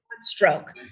stroke